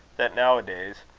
that now-a-days,